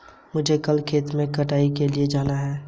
मुझे कल खेत में छटाई के लिए जाना है